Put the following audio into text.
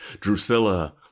Drusilla